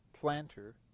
planter